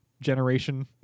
generation